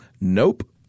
nope